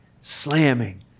slamming